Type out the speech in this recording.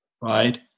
right